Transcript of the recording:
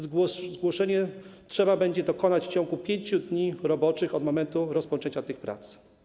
Zgłoszenia trzeba będzie dokonać w ciągu 5 dni roboczych od momentu rozpoczęcia tych prac.